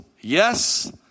Yes